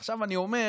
עכשיו, אני אומר,